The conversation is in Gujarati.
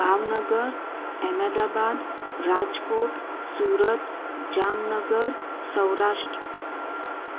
ભાવનગર અમદાવાદ રાજકોટ સુરત જામનગર સૌરાષ્ટ્ર